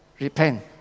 repent